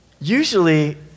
Usually